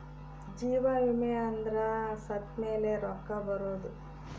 ಜೀವ ವಿಮೆ ಅಂದ್ರ ಸತ್ತ್ಮೆಲೆ ರೊಕ್ಕ ಬರೋದು